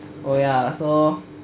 oh ya so